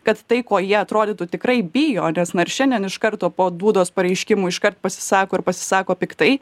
kad tai ko jie atrodytų tikrai bijo nes na ir šiandien iš karto po dudos pareiškimų iškart pasisako ir pasisako piktai